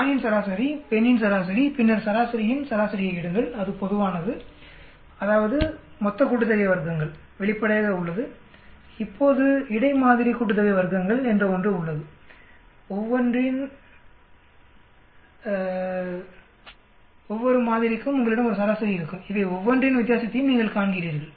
ஆணின் சராசரி பெண்ணின் சராசரி பின்னர் சராசரியின் சராசரியை எடுங்கள் அது பொதுவானது அதாவது வர்க்கங்களின் மொத்த கூட்டுத் தொகை வெளிப்படையாக உள்ளது இப்போது வர்க்கங்களின் இடை மாதிரி கூட்டுத்தொகை என்ற ஒன்று உள்ளது ஒவ்வொரு மாதிரிக்கும் உங்களிடம் ஒரு சராசரி இருக்கும் இவை ஒவ்வொன்றின் வித்தியாசத்தையும் நீங்கள் காண்கிறீர்கள்